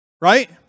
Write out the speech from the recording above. Right